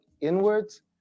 inwards